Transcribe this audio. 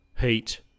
heat